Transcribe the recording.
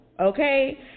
okay